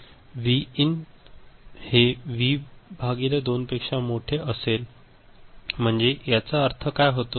आता जर V in जर व्ही भागिले 2 पेक्षा मोठा असेल म्हणजे याचा अर्थ काय होतो